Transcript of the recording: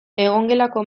egongelako